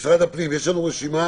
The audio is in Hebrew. משרד הפנים יש לנו רשימה